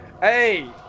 hey